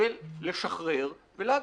ולשחרר ולהבין.